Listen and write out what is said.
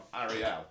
Ariel